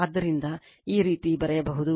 ಆದ್ದರಿಂದ ಈ ರೀತಿ ಬರೆಯಬಹುದು